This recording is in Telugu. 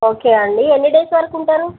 ఓకే అండి ఎన్ని డేస్ వరకు ఉంటారు